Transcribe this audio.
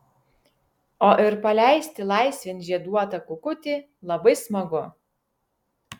o ir paleisti laisvėn žieduotą kukutį labai smagu